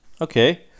okay